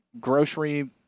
grocery